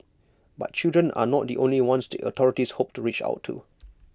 but children are not the only ones the authorities hope to reach out to